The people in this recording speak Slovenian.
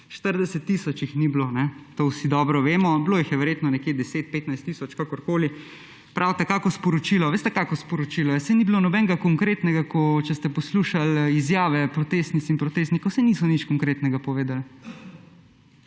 40 tisoč jih ni bilo, to vsi dobro vemo, bilo jih je verjetno nekje 10, 15 tisoč, kakorkoli. Pravite kakšno sporočilo. Veste kakšno sporočilo, saj ni bilo nobenega konkretnega, če ste poslušali izjave protestnici in protestnikov, saj niso nič konkretnega povedali.